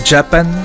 Japan